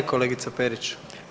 Kolegica Perić.